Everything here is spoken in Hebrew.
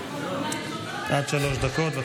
עד שלוש דקות.